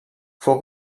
fou